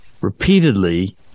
repeatedly